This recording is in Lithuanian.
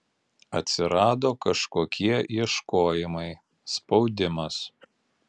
atsirado kažkokie ieškojimai spaudimas